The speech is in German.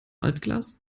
altglas